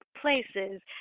places